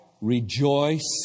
rejoice